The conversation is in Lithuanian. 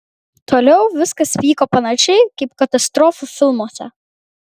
toliau viskas vyko panašiai kaip katastrofų filmuose